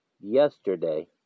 yesterday